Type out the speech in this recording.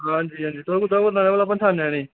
आं जी आं जी कुन्न साहब बोल्ला दे भला पछानेआं नेईं